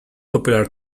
popular